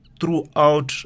throughout